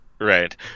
right